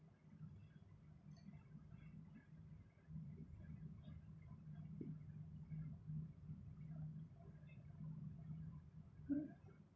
mm